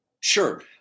Sure